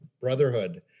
brotherhood